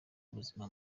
ubuzima